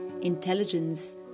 intelligence